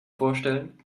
vorstellen